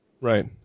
Right